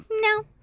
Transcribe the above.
no